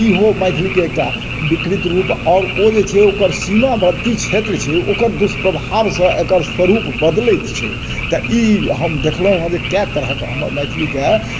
ईहो मैथिली के एकटा विकृत रूप आओर ओ जे छै ओकर सीमावर्ती क्षेत्र छै ओकर दुष्प्रभाव सँ एकर स्वरूप बदलैत छै तऽ ई हम देखलहुॅं हॅं जे कए तरहक हमर मैथिलीके